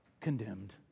condemned